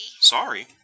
Sorry